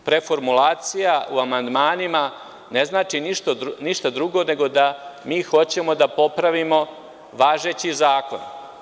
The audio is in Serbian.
Preformulacija u amandmanima ne znači ništa drugo nego da mi hoćemo da popravimo važeći zakon.